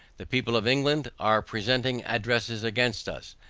the people of england are presenting addresses against us.